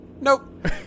Nope